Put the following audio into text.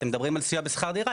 אתם מדברים על סיוע בשכר דירה,